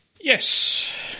Yes